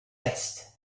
vest